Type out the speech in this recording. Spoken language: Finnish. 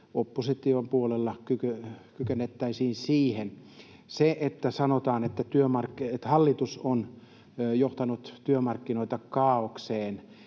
opposition puolella kyettäisiin siihen. Se, kun sanotaan, että hallitus on johtanut työmarkkinoita kaaokseen,